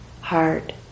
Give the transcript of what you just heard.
heart